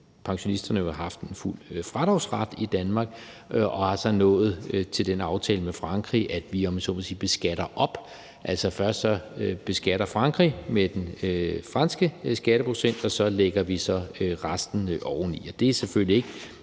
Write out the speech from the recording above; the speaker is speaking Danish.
pensionisterne jo har haft en fuld fradragsret i Danmark, og vi er altså nået til den aftale med Frankrig, at vi, om jeg så må sige, beskatter op; altså først beskatter Frankrig med den franske skatteprocent, og så lægger vi resten oveni. Det er selvfølgelig ikke